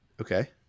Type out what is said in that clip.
okay